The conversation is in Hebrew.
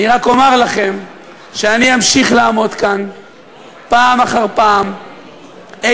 אני רק אומר לכם שאני אמשיך לעמוד כאן פעם אחר פעם איתן